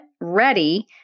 ready